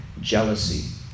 jealousy